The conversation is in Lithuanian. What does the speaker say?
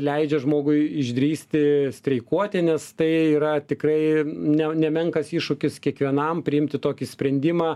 leidžia žmogui išdrįsti streikuoti nes tai yra tikrai ne nemenkas iššūkis kiekvienam priimti tokį sprendimą